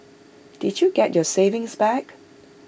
did you get your savings back